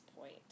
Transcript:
point